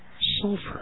Sulfur